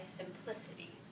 simplicity